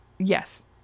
yes